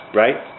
right